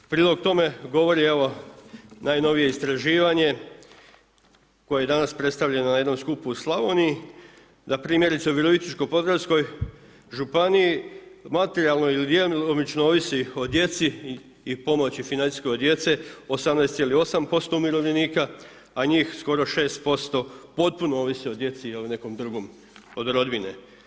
Prilog tome govori evo, najnovije istraživanje koje je danas predstavljeno na jednom skupu u Slavonij, npr. u Virovitičko-podravskoj županiji materijalno ili djelomično ovisi o djeci i pomoći financijskoj od djece 18,8% umirovljenika a njih skoro 6% potpuno ovisi o djeci i o nekom drugom od rodbine.